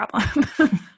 problem